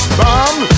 bomb